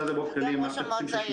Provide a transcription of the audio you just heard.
הזה -- גם ראש המועצה יהיה איתנו.